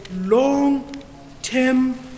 long-term